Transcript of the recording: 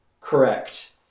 correct